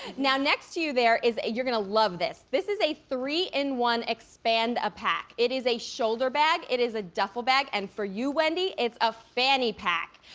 now next to you there is, you're going to love this. this is a three in one, expand a pack. it is a shoulder bag. it is a duffle bag. and for you, wendy, it's a fanny pack.